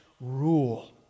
rule